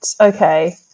okay